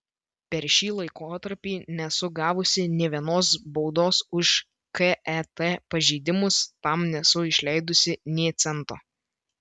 per šį laikotarpį nesu gavusi nė vienos baudos už ket pažeidimus tam nesu išleidusi nė cento